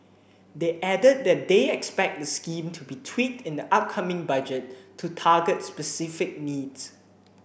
they added that they expect the scheme to be tweaked in the upcoming Budget to target specific needs